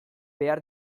behar